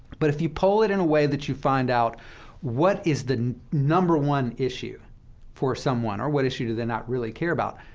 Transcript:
but if you poll it in a way that you find out what is the number one issue for someone, or what issue do they not really care about,